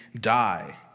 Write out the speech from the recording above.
die